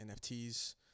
NFTs